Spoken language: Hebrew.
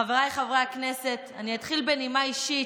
חבריי חברי הכנסת, אני אתחיל בנימה אישית,